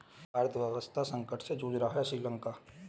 अर्थव्यवस्था संकट से जूझ रहा हैं श्रीलंका